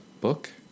book